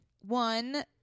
One